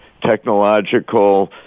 technological